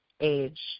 age